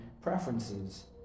preferences